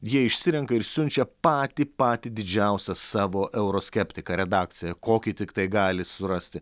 jie išsirenka ir siunčia patį patį didžiausią savo euroskeptiką redakcijoj kokį tiktai gali surasti